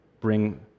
bring